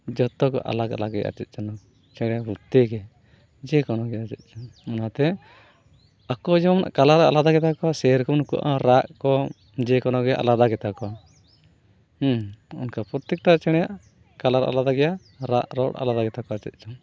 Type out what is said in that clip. ᱡᱚᱛᱚ ᱠᱚ ᱟᱞᱟᱠ ᱟᱞᱟᱠ ᱜᱮᱭᱟ ᱪᱮᱫ ᱪᱚᱝ ᱪᱮᱬᱮ ᱵᱳᱞᱛᱮᱜᱮ ᱡᱮᱱᱳᱱᱳᱜᱮ ᱪᱮᱫ ᱪᱚᱝ ᱚᱱᱟᱛᱮ ᱟᱠᱚ ᱡᱮᱢᱚᱱ ᱠᱟᱞᱟᱨ ᱟᱞᱟᱫᱟ ᱜᱮᱛᱟ ᱠᱚᱣᱟ ᱥᱮᱨᱚᱠᱚᱢ ᱱᱩᱠᱩᱣᱟᱜ ᱦᱚᱸ ᱨᱟᱜ ᱠᱚ ᱡᱮᱠᱳᱱᱳ ᱜᱮ ᱟᱞᱟᱫᱟ ᱜᱮᱛᱟ ᱠᱚᱣᱟ ᱚᱱᱠᱟ ᱯᱨᱚᱛᱛᱮᱠᱴᱟ ᱪᱮᱬᱮᱭᱟᱜ ᱠᱟᱞᱟᱨ ᱟᱞᱟᱫᱟ ᱜᱮᱭᱟ ᱨᱟᱜ ᱨᱚᱲ ᱟᱞᱟᱫᱟ ᱜᱮᱛᱟᱠᱚᱣᱟ ᱪᱮᱫ ᱪᱚᱝ